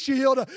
Shield